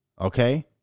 Okay